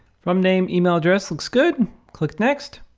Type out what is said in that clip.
from name, email address looks good, click next.